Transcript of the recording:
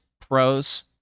pros